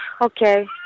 Okay